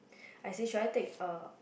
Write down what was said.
I say should I take er